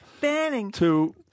Banning